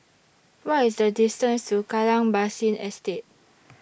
What IS The distance to Kallang Basin Estate